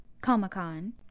Comic-Con